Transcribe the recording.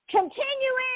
Continue